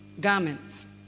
garments